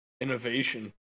innovation